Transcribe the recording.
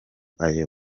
ayo